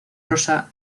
rosa